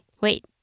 Wait